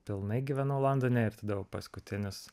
pilnai gyvenau londone ir tada jau paskutinius